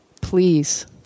Please